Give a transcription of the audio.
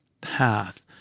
path